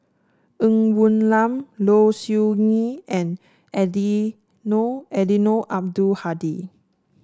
Ng Woon Lam Low Siew Nghee and Eddino Eddino Abdul Hadi